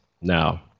now